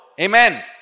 Amen